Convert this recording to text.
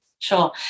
Sure